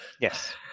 Yes